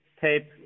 tape